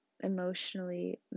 emotionally